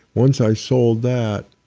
once i sold that,